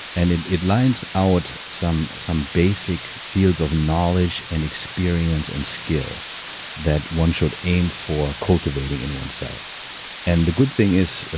and it it lines out some some basic fields of knowledge and experience and skill that one should aim for cultivating in oneself and the good thing is,